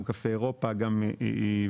גם קפה אירופה וכו',